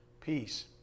peace